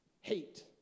Hate